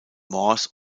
morges